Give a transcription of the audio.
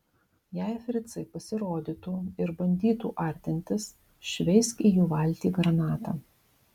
jei fricai pasirodytų ir bandytų artintis šveisk į jų valtį granatą